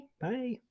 Bye